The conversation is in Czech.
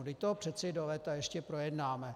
Vždyť to přeci do léta ještě projednáme.